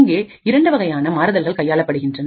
இங்கே இரண்டு வகையான மாறுதல்கள் கையாளப்படுகின்றன